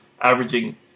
averaging